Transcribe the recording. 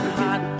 hot